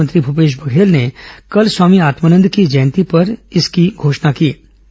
मुख्यमंत्री मूपेश बघेल ने कल स्वामी आत्मानंद की जयंती पर कल ही इसकी घोषणा की थी